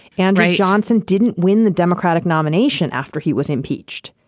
andrew johnson didn't win the democratic nomination after he was impeached.